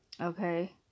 Okay